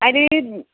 अहिले